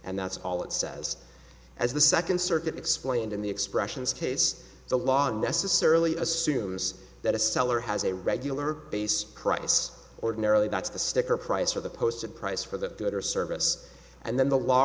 and that's all it says as the second circuit explained in the expressions case the law unnecessarily assumes that a seller has a regular base price ordinarily that's the sticker price for the posted price for the good or service and then the law